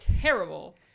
terrible